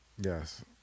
Yes